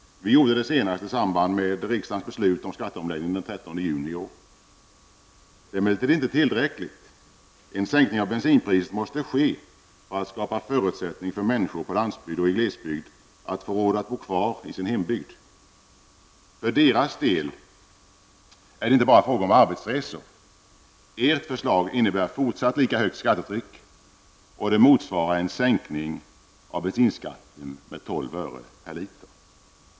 Vi gjorde det senast i samband med riksdagens beslut om skatteomläggning den 30 juni i år. Det är emellertid inte tillräckligt. En sänkning av bensinpriset måste ske för att skapa förutsättningar för människor på landsbygd och i glesbygd att få råd att bo kvar i sin hembygd. För deras del är det inte bara fråga om arbetsresor. Ert förslag innebär ett fortsatt lika högt skattetryck, och det motsvarar en sänkning av bensinskatten med 12 öre per liter.